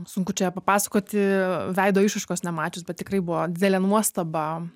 sunku čia papasakoti veido išraiškos nemačius bet tikrai buvo didelė nuostaba